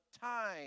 time